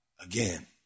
again